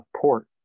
port